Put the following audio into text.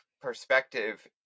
perspective